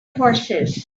horses